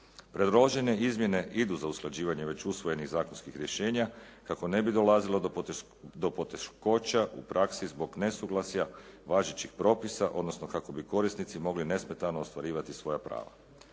Predložene izmjene idu za usklađivanje već usvojenih zakonskih rješenja, kako ne bi dolazilo do poteškoća u praksi zbog nesuglasja važećih propisa, odnosno kako bi korisnici mogli nesmetano ostvarivati svoja prava.